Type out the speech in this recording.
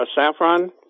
Saffron